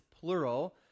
plural